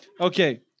Okay